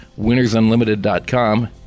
winnersunlimited.com